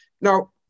Now